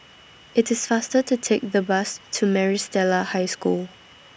It's faster to Take The Bus to Maris Stella High School